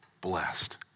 blessed